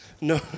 No